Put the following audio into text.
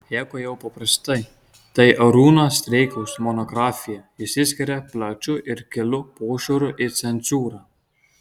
jeigu jau paprastai tai arūno streikaus monografija išsiskiria plačiu ir giliu požiūriu į cenzūrą